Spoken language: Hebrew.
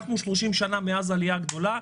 אנחנו 30 שנה מאז העלייה הגדולה,